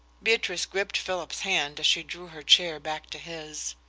beatrice gripped philip's hand as she drew her chair back to his.